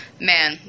man